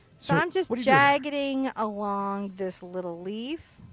so i'm just jaggedying along this little leaf.